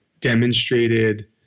demonstrated